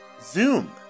Zoom